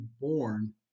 born